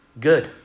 Good